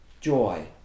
joy